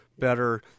Better